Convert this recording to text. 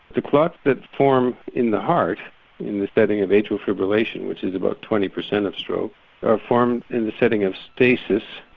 the clots that form in the heart in the setting of atrial fibrillation which is about twenty percent of stroke are ah formed in the setting of stasis.